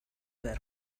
ver